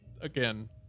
again